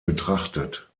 betrachtet